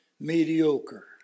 mediocre